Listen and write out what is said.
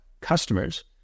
customers